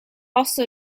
also